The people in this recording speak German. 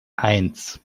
eins